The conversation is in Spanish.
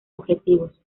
objetivos